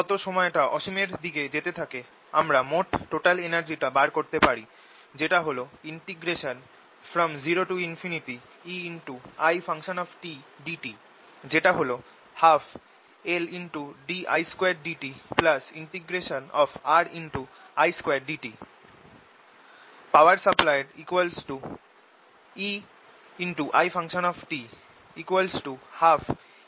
যত সময়টা অসীমের দিকে যেতে থাকে আমরা মোট total energy টা বার করতে পারি যেটা হল 0EItdt যেটা হল 12LddtI2 RI2dt